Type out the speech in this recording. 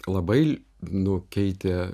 labai nu keitė